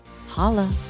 Holla